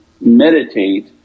meditate